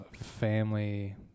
family